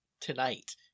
Tonight